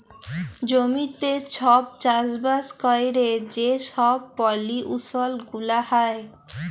জমিতে ছব চাষবাস ক্যইরে যে ছব পলিউশল গুলা হ্যয়